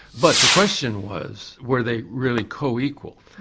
but the question was were they really co-equal.